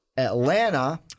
Atlanta